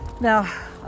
Now